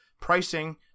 pricing